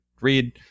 read